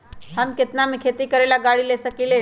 हम केतना में खेती करेला गाड़ी ले सकींले?